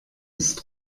ist